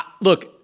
Look